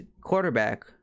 quarterback